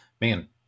man